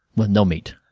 like no meat.